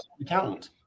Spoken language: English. accountant